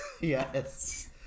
Yes